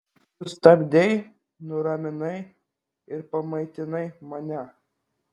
sustabdei nuraminai ir pamaitinai mane